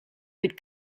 with